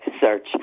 search